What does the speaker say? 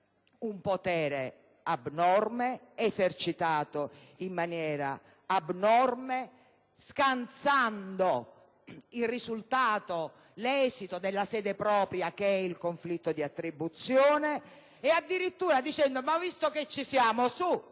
un potere abnorme, esercitato in maniera abnorme, scansando il risultato, l'esito, dalla sede propria, che è quella del conflitto di attribuzione, addirittura dicendo che si è